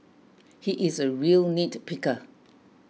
he is a real nitpicker